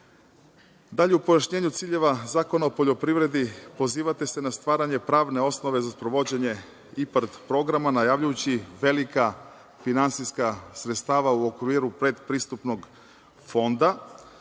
u pojašnjenju ciljeva Zakona o poljoprivredi pozivate se na stvaranje pravne osnove za sprovođenje IPARD programa, najavljujući velika finansijska sredstva u okviru predpristupnog fonda,